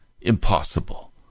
Impossible